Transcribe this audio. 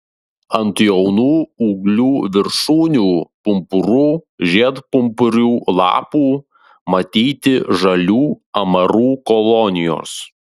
ant jaunų ūglių viršūnių pumpurų žiedpumpurių lapų matyti žalių amarų kolonijos